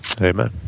Amen